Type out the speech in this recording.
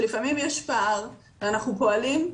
שלפעמים יש פער וכרגע אנחנו פועלים,